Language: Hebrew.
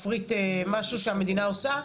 להפריט משהו שהמדינה עושה?